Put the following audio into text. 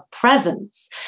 presence